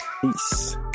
Peace